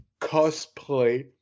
cosplay